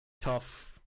tough